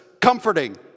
comforting